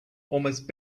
almost